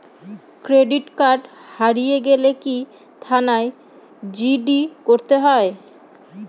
Credit card হারিয়ে গেলে কি থানায় জি.ডি করতে হয়?